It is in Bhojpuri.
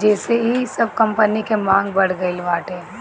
जेसे इ सब कंपनी के मांग बढ़ गईल बाटे